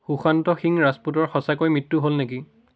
সুশান্ত সিং ৰাজপুতৰ সঁচাকৈয়ে মৃত্যু হ'ল নেকি